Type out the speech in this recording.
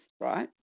right